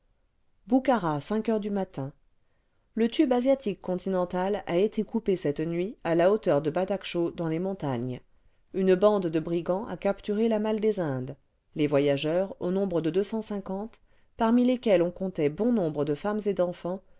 boukhara heures du matin le tube asiatique continental a été coupé cette nuit à la hauteur de badakchau dans les montagnes une bande de brigands a capturé la malle des indes les voyageurs au nombre de parmi lesquels on comptait bon nombre de femmes et d'enfants